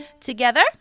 Together